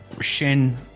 Shin